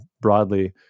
broadly